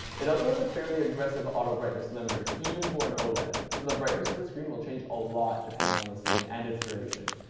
it also has a fairly aggressive auto-brightness limiter, even for an oled, so the brightness of the screen will change a lot depending on the scene and it's duration.